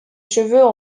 cheveux